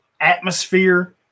atmosphere